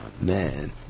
man